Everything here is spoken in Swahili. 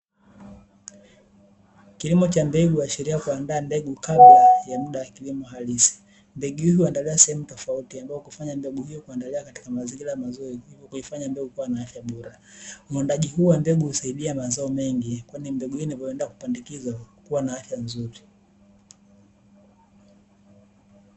Kilimo cha mbegu huashiria kuandaaa mbegu kabla ya mda wa kilimo halisi, mbegu hii uandaliwa sehemu tofauti ambayo kufanya mbegu hiyo kuandaliwa katika mazingira mazuri kuifanya mbegu kua na afya bora. Uandaaji huu wa mbegu husaidia mazao mengi, kwani mbegu hii inavoenda kupandikizwa huwa na afya nzuri.